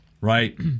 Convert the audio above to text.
Right